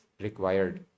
required